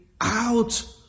out